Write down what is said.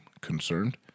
concerned